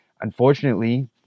unfortunately